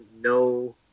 no